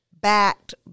backed